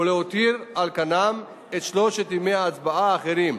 ולהותיר על כנם את שלושת ימי ההצבעה האחרים.